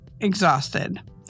exhausted